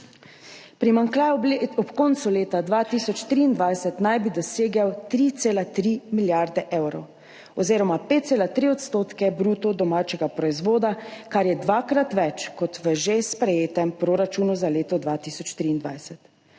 Primanjkljaj ob koncu leta 2023 naj bi dosegel 3,3 milijarde evrov oziroma 5,3 % bruto domačega proizvoda, kar je dvakrat več kot v že sprejetem proračunu za leto 2023.